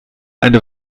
eine